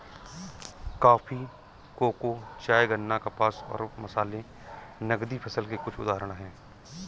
coffee, cocoa, चाय, गन्ना, कपास और मसाले नकदी फसल के कुछ उदाहरण हैं